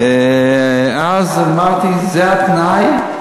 ואז אמרתי: זה התנאי,